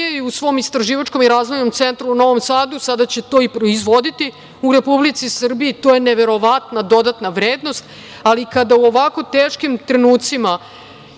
u svom istraživačkom i razvojnom centru u Novom Sadu, sada će to i proizvoditi u Republici Srbiji. To je neverovatna dodatna vrednost. Ali, kada u ovako teškim trenucima